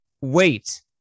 wait